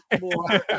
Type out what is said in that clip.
more